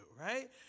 right